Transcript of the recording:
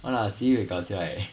!walao! sibeh 搞笑 eh